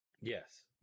Yes